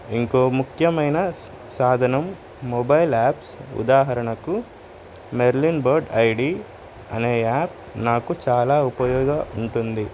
ఇంకో ముఖ్యమైన సాధనం మొబైల్ యాప్స్ ఉదాహరణకు మెర్లిన్ బర్డ్ ఐ డీ అనే యాప్ నాకు చాలా ఉపయోగం ఉంటుంది